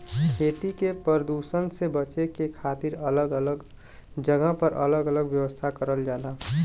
खेती के परदुसन से बचे के खातिर अलग अलग जगह पर अलग अलग व्यवस्था करल जाला